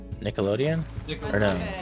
Nickelodeon